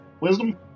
wisdom